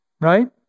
Right